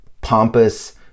pompous